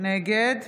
נגד